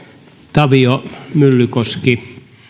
tavio myllykoski